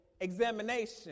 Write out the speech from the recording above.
examination